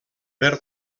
per